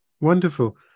wonderful